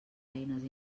eines